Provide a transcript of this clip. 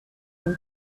will